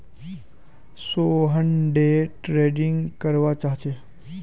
Sohan day trading करवा चाह्चे